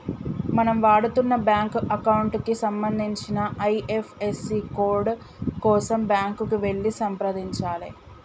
మనం వాడుతున్న bank account కి సంబంధించిన ఐ.ఎఫ్.ఎస్.సి కోడ్ కోసం బ్యాంకుకి వెళ్లి సంప్రదించాలే